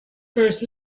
first